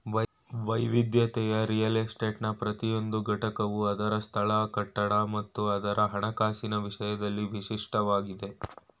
ವೈವಿಧ್ಯತೆಯ ರಿಯಲ್ ಎಸ್ಟೇಟ್ನ ಪ್ರತಿಯೊಂದು ಘಟಕವು ಅದ್ರ ಸ್ಥಳ ಕಟ್ಟಡ ಮತ್ತು ಅದ್ರ ಹಣಕಾಸಿನ ವಿಷಯದಲ್ಲಿ ವಿಶಿಷ್ಟವಾಗಿದಿ